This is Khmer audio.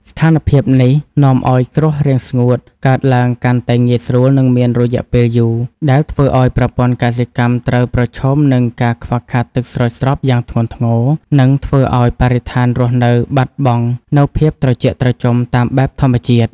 ស្ថានភាពនេះនាំឱ្យគ្រោះរាំងស្ងួតកើតឡើងកាន់តែងាយស្រួល និងមានរយៈពេលយូរ ដែលធ្វើឱ្យប្រព័ន្ធកសិកម្មត្រូវប្រឈមនឹងការខ្វះខាតទឹកស្រោចស្រពយ៉ាងធ្ងន់ធ្ងរ និងធ្វើឱ្យបរិស្ថានរស់នៅបាត់បង់នូវភាពត្រជាក់ត្រជុំតាមបែបធម្មជាតិ។